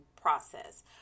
process